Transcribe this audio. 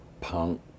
punk